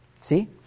See